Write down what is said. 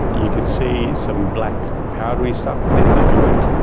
you could see some black powdery stuff within the joint.